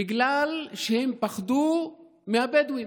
בגלל שהם פחדו מהבדואים.